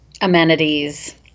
amenities